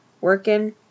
working